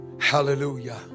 Hallelujah